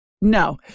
No